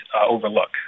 overlook